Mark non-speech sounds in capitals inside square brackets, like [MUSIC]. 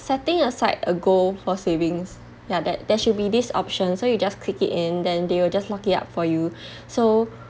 setting aside a goal for savings ya that there should be this option so you just click it in then they will just lock it up for you [BREATH] so